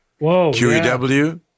QEW